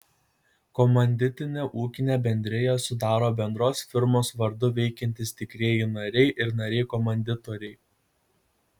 komanditinę ūkinę bendriją sudaro bendros firmos vardu veikiantys tikrieji nariai ir nariai komanditoriai